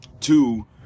Two